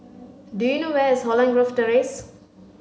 do you know where is Holland Grove Terrace